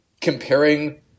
comparing